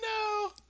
no